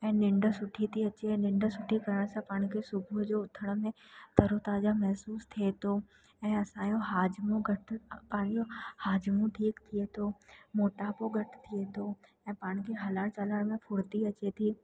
ऐं निंड सुठी थी अचे ऐं निंड सुठी करण सां पाण खे सुबुह जो उथण में तरो ताज़ा महसूसु थिए थो ऐं असांजो हाजिमो घटि आयो हाजिमो ठीकु थिए थो मोटापो घटि थिए थो ऐं पाण खे हलण चलण में फुर्ती अचे थी